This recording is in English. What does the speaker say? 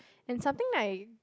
and something like